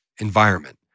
environment